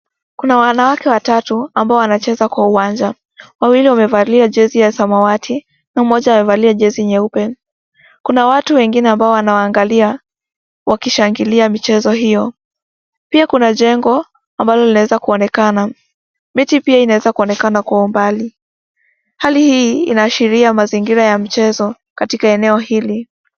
Kuna wanawake watatu ambao wnacheza kwa uwanja, wawili wamevalia jezi ya samawati, mmoja amevalia jezi nyeupe. Kuna watu wengine ambao anawaangalia wakishangilia michezo hiyo. Pia kuna jengo ambalo linaweza kuonekana. Miti pia inaweza kuonekana kwa mbali. Hali hii inaashiria mazingira ya michezo katika eneo hili.